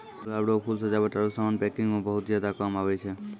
गुलाब रो फूल सजावट आरु समान पैकिंग मे बहुत ज्यादा काम आबै छै